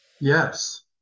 yes